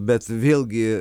bet vėlgi